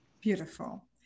Beautiful